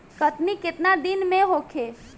कटनी केतना दिन में होखे?